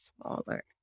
smaller